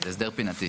זה הסדר פינתי.